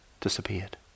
disappeared